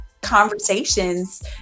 conversations